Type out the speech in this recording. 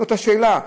זאת השאלה.